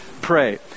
pray